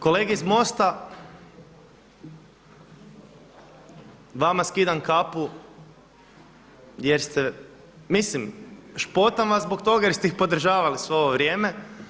Kolege iz MOST-a vama skidam kapu, jer ste mislim špotam vas zbog toga jer ste ih podržavali svo ovo vrijeme.